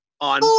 on